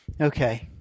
Okay